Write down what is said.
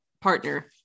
partner